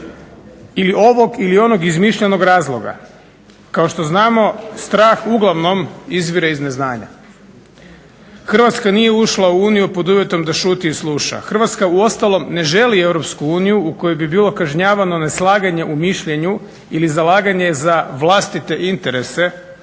ili ovog ili onog izmišljenog razloga. Kao što znamo strah uglavnom izvire iz neznanja. Hrvatska nije ušla u Uniju pod uvjetom da šuti i sluša. Hrvatska uostalom ne želi Europsku uniju u kojoj bi bilo kažnjavano neslaganje u mišljenju ili zalaganje za vlastite interese